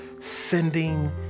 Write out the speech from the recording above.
sending